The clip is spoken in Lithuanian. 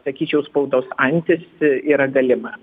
sakyčiau spaudos antis yra galima